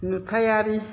नुथायारि